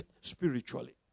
spiritually